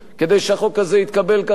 כדי שחוק כזה יתקבל ככה,